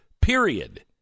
Period